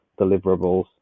deliverables